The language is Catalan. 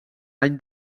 any